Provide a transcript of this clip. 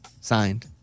Signed